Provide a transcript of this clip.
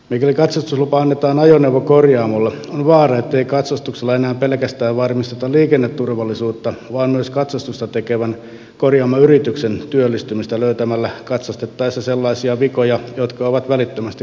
mikäli katsastuslupa annetaan ajoneuvokorjaamolle on vaara ettei katsastuksella enää pelkästään varmisteta liikenneturvallisuutta vaan myös katsastusta tekevän korjaamoyrityksen työllistymistä löytämällä katsastettaessa sellaisia vikoja jotka on välittömästi korjattava